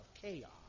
chaos